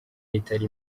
itari